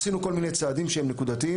עשינו כל מיני צעדים שהם נקודתיים.